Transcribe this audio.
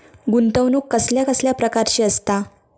गुंतवणूक कसल्या कसल्या प्रकाराची असता?